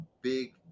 big